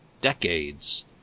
decades